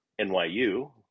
NYU